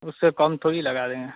उससे कम थोड़ी लगा रहे हैं